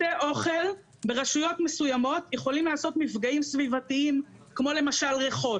בתי אוכל ברשויות מסוימות יכולים לעשות מפגעים סביבתיים כמו למשל ריחות.